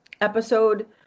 episode